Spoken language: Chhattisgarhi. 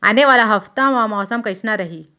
आने वाला हफ्ता मा मौसम कइसना रही?